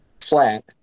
flat